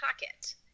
pocket